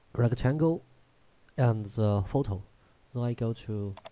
rectangle and photo then i go to